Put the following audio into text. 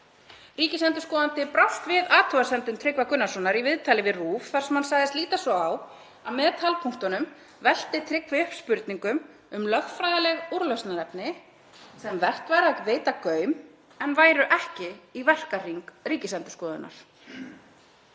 Ríkisendurskoðandi brást við athugasemdum Tryggva Gunnarssonar í viðtali við RÚV þar sem hann sagðist líta svo á að með talpunktunum velti Tryggvi upp spurningum um lögfræðileg úrlausnarefni sem vert væri að veita gaum en væru ekki í verkahring Ríkisendurskoðunar.